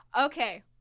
Okay